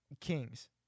kings